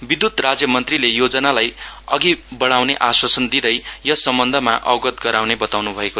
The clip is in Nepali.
विद्युत राज्य मन्त्रीले योजनाली अघि बढाउने आश्वासन दिँदै यस सम्बन्धमा अवगत गराउने बताउन् भएको छ